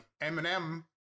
Eminem